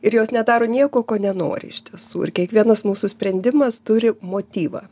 ir jos nedaro nieko ko nenori iš tiesų ir kiekvienas mūsų sprendimas turi motyvą